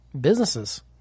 businesses